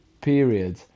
period